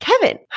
Kevin